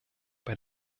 bei